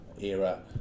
era